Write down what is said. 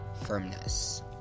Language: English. firmness